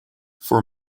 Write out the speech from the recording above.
for